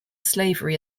slavery